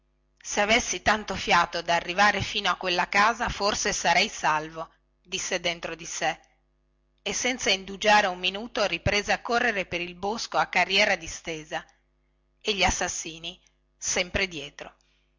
io avessi tanto fiato da arrivare fino a quella casa forse sarei salvo disse dentro di sé e senza indugiare un minuto riprese a correre per il bosco a carriera distesa e gli assassini sempre dietro